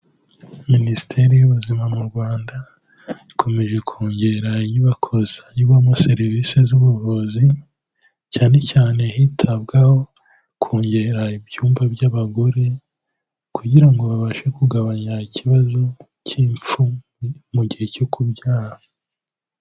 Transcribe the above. Minisiteri y'ubuzima mu Rwanda ikomeje kongera inyubako zatangirwamo serivisi z'ubuvuzi, cyane cyane hitabwaho kongera ibyumba by'abagore kugira ngo babashe kugabanya ikibazo cy'imfu mu gihe cyo kubyara.